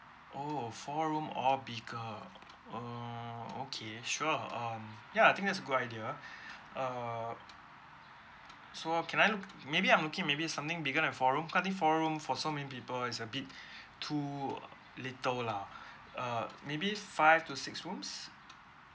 oh four room orh bigger err okay sure um ya I think that's good idea err so can I maybe I'm looking maybe something bigger than four room currently four room for so many people is a bit too little lah uh maybe five to six rooms